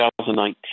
2019